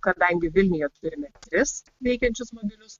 kadangi vilniuje turime tris veikiančius modelius